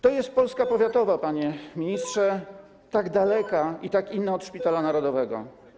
To jest Polska powiatowa, panie ministrze, tak daleka i tak inna od Szpitala Narodowego.